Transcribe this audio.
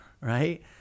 Right